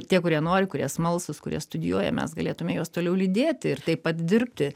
tie kurie nori kurie smalsūs kurie studijuoja mes galėtume juos toliau lydėti ir taip pat dirbti